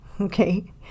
okay